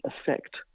affect